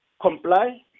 comply